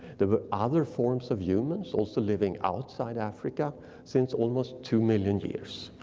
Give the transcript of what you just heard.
there were other forms of humans also living outside africa since almost two million years.